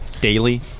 daily